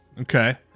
Okay